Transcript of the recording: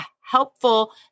helpful